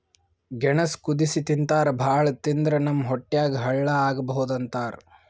ಗೆಣಸ್ ಕುದಸಿ ತಿಂತಾರ್ ಭಾಳ್ ತಿಂದ್ರ್ ನಮ್ ಹೊಟ್ಯಾಗ್ ಹಳ್ಳಾ ಆಗಬಹುದ್ ಅಂತಾರ್